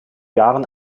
jahren